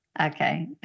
Okay